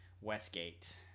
Westgate